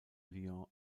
lyon